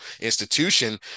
institution